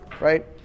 Right